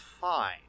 fine